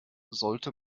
sollte